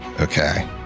Okay